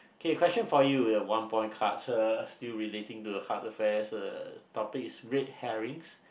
okay question for you a one point card uh still relating to heart affairs uh topic is red herrings